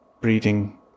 breeding